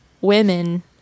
women